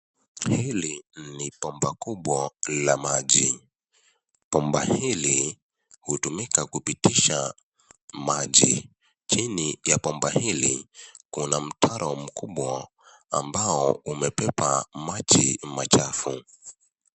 Hili ni bomba kubwa la maji. Bomba hili hutumika kupitisha maji. Chini ya bomba hili kuna mtaro mkubwa ambao umebeba maji machafu.